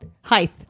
Height